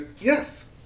Yes